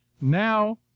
now